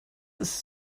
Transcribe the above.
ist